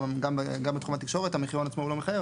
גם בתחום התקשורת הוא לא מחייב,